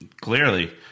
Clearly